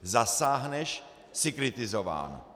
Zasáhneš jsi kritizován.